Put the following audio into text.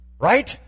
Right